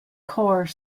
core